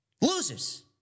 Losers